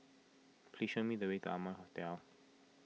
please show me the way to Amoy Hotel